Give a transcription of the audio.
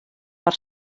per